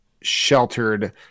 sheltered